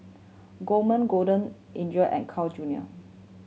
Gourmet Golden Eagle and Carl Junior